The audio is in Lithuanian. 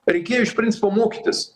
reikėjo iš principo mokytis